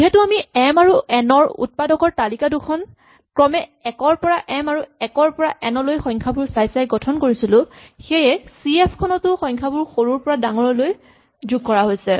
যিহেতু আমি এম আৰু এন ৰ উৎপাদকৰ তালিকা দুখন ক্ৰমে ১ ৰ পৰা এম আৰু ১ ৰ পৰা এন লৈ সংখ্যাবোৰ চাই চাই গঠন কৰিছিলো সেয়েহে চি এফ খনতো সংখ্যাবোৰ সৰুৰ পৰা ডাঙৰলৈ যোগ কৰা হৈছে